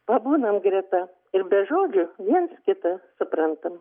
pabūnam greta ir be žodžių viens kitą suprantam